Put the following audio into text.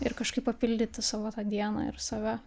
ir kažkaip papildyti savo tą dieną ir save